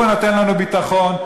הוא הנותן לנו ביטחון,